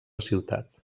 ciutat